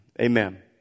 Amen